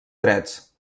drets